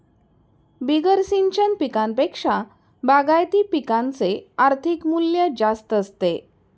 बिगर सिंचन पिकांपेक्षा बागायती पिकांचे आर्थिक मूल्य जास्त असते